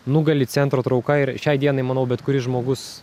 nugali centro trauka ir šiai dienai manau bet kuris žmogus